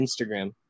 Instagram